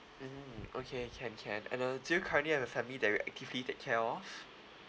mm okay can can and uh do you currently have a family that you actively take care of